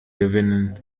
gewinnen